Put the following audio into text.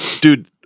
Dude